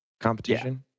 Competition